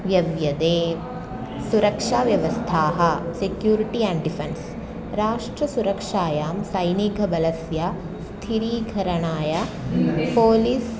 व्यव्यते सुरक्षाव्यवस्थाः security and defence राष्ट्रसुरक्षायां सैनिकबलस्य स्थिरीकरणाय पोलिस्